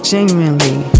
Genuinely